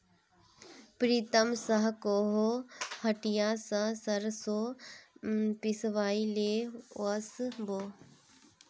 प्रीतम स कोहो हटिया स सरसों पिसवइ ले वस बो